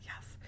yes